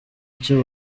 icyo